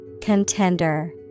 Contender